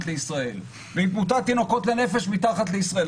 לישראל ועם תמותת תינוקות לנפש מתחת לישראל,